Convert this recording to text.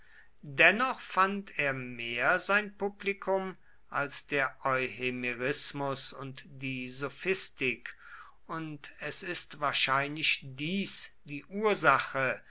dennoch fand er mehr sein publikum als der euhemerismus und die sophistik und es ist wahrscheinlich dies die ursache